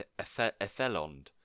Ethelond